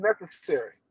necessary